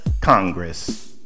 Congress